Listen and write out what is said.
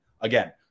Again